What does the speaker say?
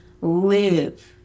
live